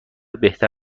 بهتر